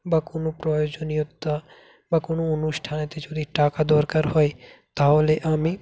বা কোনো প্রয়োজনীয়তা বা কোনো অনুষ্ঠানেতে যদি টাকা দরকার হয় তাহলে আমি